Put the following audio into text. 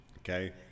Okay